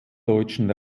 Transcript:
deutschen